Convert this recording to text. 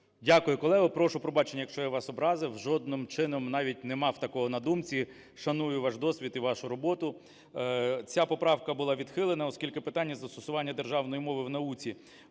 Дякую, колего. Прошу пробачення, якщо я вас образив. Жодним чином навіть не мав такого на думці, шаную ваш досвід і вашу роботу. Ця поправка була відхилена, оскільки питання застосування державної мови в науці